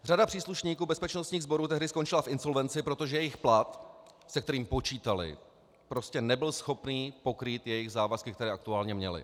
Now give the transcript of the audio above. Řada příslušníků bezpečnostních sborů tehdy skončila v insolvenci, protože jejich plat, se kterým počítali, prostě nebyl schopný pokrýt jejich závazky, které aktuálně měli.